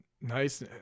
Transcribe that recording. Nice